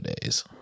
days